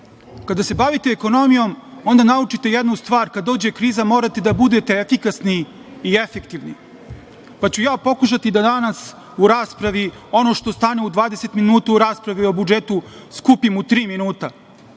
kada se bavite ekonomijom onda naučite jednu stvar, kad dođe kriza morate da budete efikasni i efektivni, pa ću ja pokušati da danas u raspravi ono što stane u dvadeset minuta u raspravi o budžetu skupim u tri minuta,